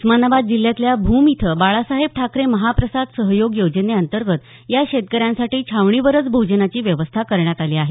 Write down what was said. उस्मानाबाद जिल्ह्यातल्या भूम इथं बाळासाहेब ठाकरे महाप्रसाद सहयोग योजनेअंतर्गत या शेतकऱ्यांसाठी छावणीवरच भोजनाची व्यवस्था करण्यात आली आहे